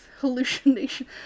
hallucination